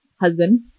husband